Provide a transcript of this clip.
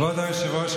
כבוד היושב-ראש,